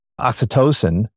oxytocin